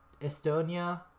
Estonia